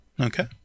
Okay